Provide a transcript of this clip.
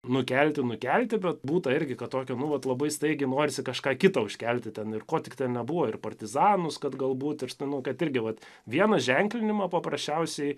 nukelti nukelti bet būta irgi kad tokio nu vat labai staigiai norisi kažką kitą užkelti ten ir ko tik ten nebuvo ir partizanus kad galbūt ir ta prasme kad irgi vat vieną ženklinimą paprasčiausiai